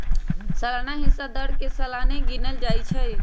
सलाना हिस्सा दर के सलाने गिनल जाइ छइ